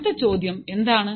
അടുത്ത ചോദ്യം എന്താണ്